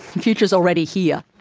future is already here,